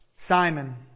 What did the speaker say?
Simon